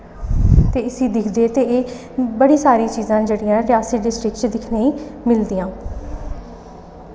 ते इसी दिखदे ते एह् ते बड़ी सारी चीज़ रियासी डिस्ट्रिक्ट च दिक्खने गी मिलदियां